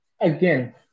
Again